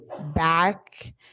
back